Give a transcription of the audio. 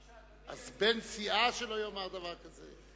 אז בן סיעה שלא יאמר דבר כזה?